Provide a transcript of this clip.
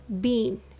bean